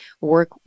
work